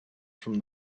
from